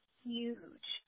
huge